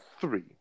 three